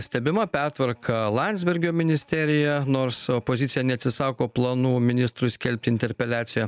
stebima pertvarka landsbergio ministerija nors opozicija neatsisako planų ministrui skelbti interpeliaciją